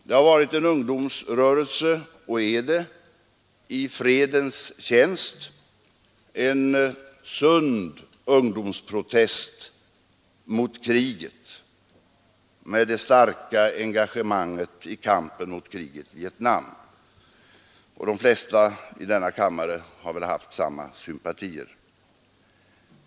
Det har varit en ungdomsrörelse — och är det — i fredens tjänst, en sund ungdomsprotest mot kriget, med det starka engagemanget i kampen mot kriget i Vietnam. De flesta i denna kammare har väl haft samma sympatier.